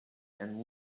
and